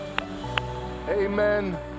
Amen